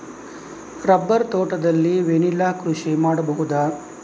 Rubber ತೋಟದಲ್ಲಿ vanilla ಕೃಷಿ ಮಾಡಬಹುದಾ?